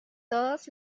todos